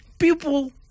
People